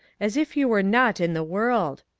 as if you were not in the world.